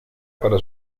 para